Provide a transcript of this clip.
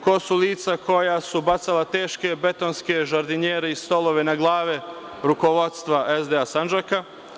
Ko su lica koja su bacala teške betonske žardinjere i stolove na glave rukovodstva SDA Sandžaka?